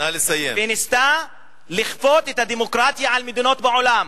וניסתה לכפות את הדמוקרטיה על מדינות בעולם.